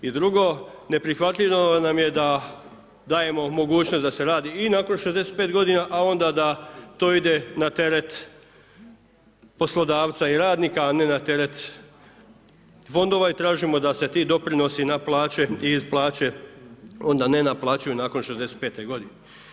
I drugo neprihvatljivo nam je da dajemo mogućnost da se radi i nakon 65 godina a onda da to ide na teret poslodavca i radnika a ne na teret fondova i tražimo da se ti doprinosi na plaće i iz plaće onda ne naplaćuju nakon 65 godine.